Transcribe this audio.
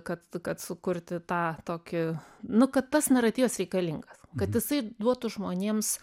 kad kad sukurti tą tokį nu kad tas naratyvas reikalingas kad jisai duotų žmonėms